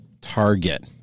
target